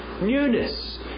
newness